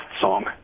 song